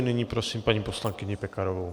Nyní prosím paní poslankyni Pekarovou.